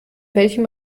welchem